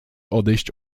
odejść